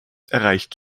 erreicht